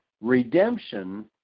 redemption